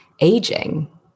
aging